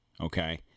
okay